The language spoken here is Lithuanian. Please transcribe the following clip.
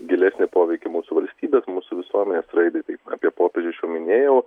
gilesnį poveikį mūsų valstybės mūsų visuomenės raidai tai apie popiežių aš jau minėjau